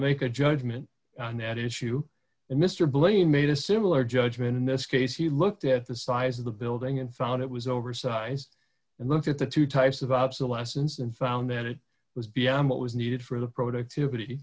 make a judgment on that issue and mr blaine made a similar judgment in this case he looked at the size of the building and found it was oversized and looked at the two types of obsolescence and found that it was beyond what was needed for the productivity